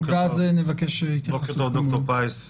דוקטור פרייס,